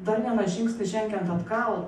dar vieną žingsnį žengiant atgal